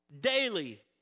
daily